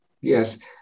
Yes